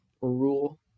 rule